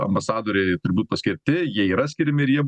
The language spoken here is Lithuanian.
ambasadoriai turi būti paskirti jie yra skiriami ir jie